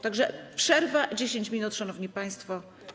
Tak że przerwa - 10 minut, szanowni państwo.